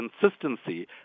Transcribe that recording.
consistency